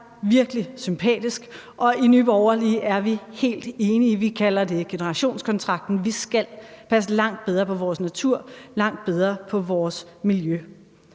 i Nye Borgerlige er vi helt enige. Vi kalder det generationskontrakten. Vi skal passe langt bedre på vores natur og langt